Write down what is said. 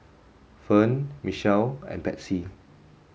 Ferne Mitchel and Patsy